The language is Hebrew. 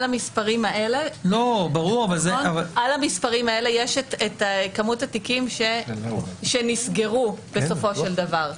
על המספרים האלה יש את כמות התיקים שנסגרו בסופו של דבר.